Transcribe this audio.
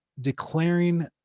declaring